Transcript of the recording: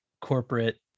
corporate